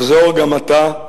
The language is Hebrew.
אחזור גם עתה,